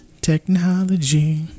technology